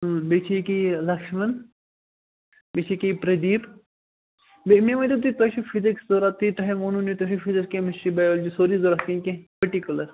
بیٚیہِ چھِ یہِ کیٛاہ یہِ لَکھشمن بیٚیہِ چھِ یہِ کیٛاہ یہِ پردیٖپ بیٚیہِ مےٚ ؤنۍ تَو تُہۍ تۄہہِ چھُو فِزیٖکٕس ضروٗرت تُہۍ تۄہہِ ووٚنوٕ مےٚ تۅہہِ فِزیٖکٕس کیٚمِسٹری بَیالوجی سورُے ضروٗرت کِنہٕ کیٚنٛہہ پٔٹِکیٛوٗلَر